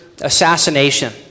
assassination